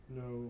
no